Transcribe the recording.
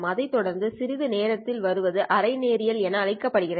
இதை தொடர்ந்து சிறிது நேரத்தில் வருவது அரை நேரியல் என அழைக்கப்படுகிறது